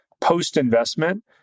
post-investment